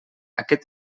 aquest